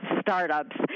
startups